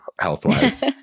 health-wise